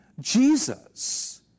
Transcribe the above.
Jesus